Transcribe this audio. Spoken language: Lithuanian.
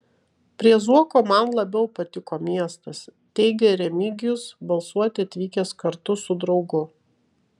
prie zuoko man labiau patiko miestas teigė remigijus balsuoti atvykęs kartu su draugu